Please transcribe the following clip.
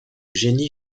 génie